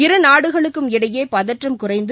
இரு நாடுகளுக்கும் இடையே பதற்றம் குறைந்து